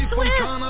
Swift